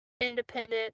Independent